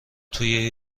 توی